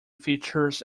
features